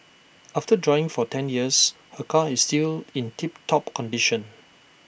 after driving for ten years her car is still in tip top condition